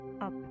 up